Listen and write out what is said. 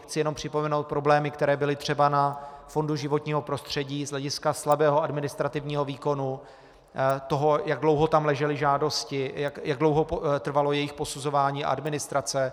Chci jenom připomenout problémy, které byly třeba na fondu životního prostředí z hlediska slabého administrativního výkonu, toho, jak dlouho tam ležely žádosti, toho, jak dlouho trvalo jejich posuzování a administrace.